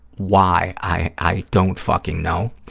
why, i i don't fucking know.